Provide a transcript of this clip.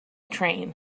train